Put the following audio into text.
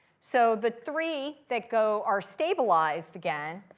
so the three that go are stabilized again,